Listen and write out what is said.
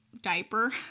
diaper